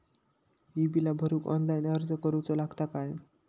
ही बीला भरूक ऑनलाइन अर्ज करूचो लागत काय?